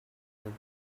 moved